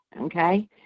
Okay